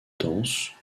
dense